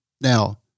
Now